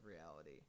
reality